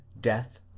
death